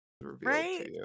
Right